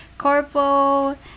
Corpo